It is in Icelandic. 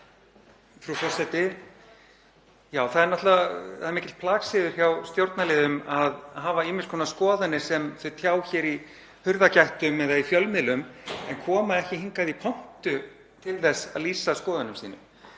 mikill plagsiður hjá stjórnarliðum að hafa ýmiss konar skoðanir sem þau tjá hér í dyragættum eða í fjölmiðlum en þau koma ekki hingað í pontu til að lýsa skoðunum sínum.